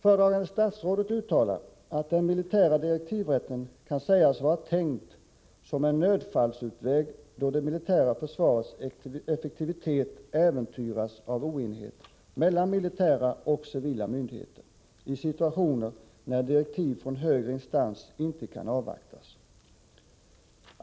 Föredragande statsrådet uttalar att den militära direktivrätten kan sägas vara tänkt som en nödfallsutväg då det militära försvarets effektivitet äventyras av oenighet mellan militära och civila myndigheter i situationer när direktiv från högre instans inte kan avvaktas.